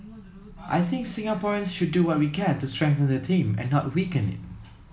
I think Singaporeans should do what we can to strengthen that team and not weaken it